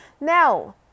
Now